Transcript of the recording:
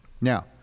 Now